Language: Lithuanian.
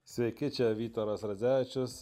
sveiki čia vytaras radzevičius